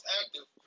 active